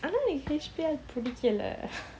கெடைக்கல:kedaikala